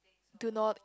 do not